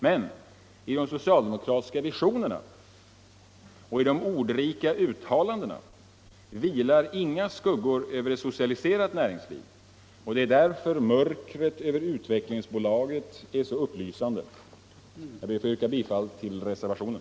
Men i de socialdemokratiska visionerna och i de ordrika uttalandena vilar inga skuggor över ett socialiserat näringsliv. Det är därför mörkret över Utvecklingsbolaget är så upplysande. Jag ber att få yrka bifall till reservationen.